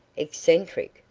eccentric!